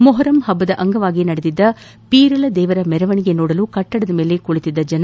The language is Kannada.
ಮೊಹರಂ ಹಬ್ಬದ ಅಂಗವಾಗಿ ನಡೆದಿದ್ದ ಪೀರಲ ದೇವರ ಮೆರವಣಿಗೆಯನ್ನು ನೋಡಲು ಕಟ್ಟಡ ಮೇಲೆ ಕುಳಿತಿದ್ದರು